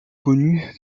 connue